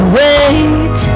wait